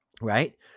Right